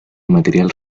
material